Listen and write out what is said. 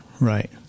right